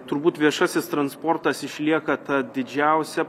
turbūt viešasis transportas išlieka ta didžiausia